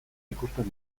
ikusten